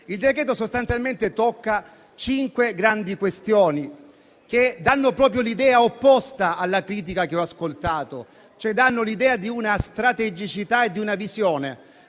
Il decreto, sostanzialmente, tocca cinque grandi questioni, che danno proprio l'idea opposta alla critica che ho ascoltato. Danno cioè l'idea di una strategicità e di una visione.